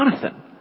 Jonathan